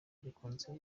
rikunze